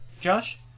Josh